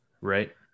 right